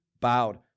bowed